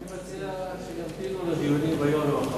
אני מציע שימתינו לדיונים היום או מחר.